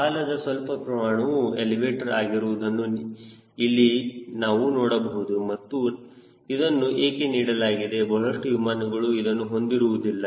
ಬಾಲದ ಸ್ವಲ್ಪ ಪ್ರಮಾಣವು ಎಲಿವೇಟರ್ ಆಗಿರುವುದನ್ನು ಇಲ್ಲಿ ನಾವು ನೋಡಬಹುದು ಮತ್ತು ಇದನ್ನು ಏಕೆ ನೀಡಲಾಗಿದೆ ಬಹಳಷ್ಟು ವಿಮಾನಗಳು ಇದನ್ನು ಹೊಂದಿರುವುದಿಲ್ಲ